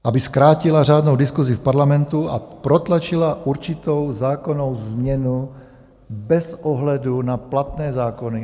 Aby zkrátila řádnou diskusi v Parlamentu a protlačila určitou zákonnou změnu bez ohledu na platné zákony.